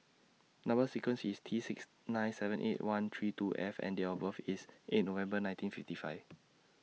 Number sequence IS T six nine seven eight one three two F and Date of birth IS eight November nineteen fifty five